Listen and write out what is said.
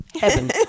Heaven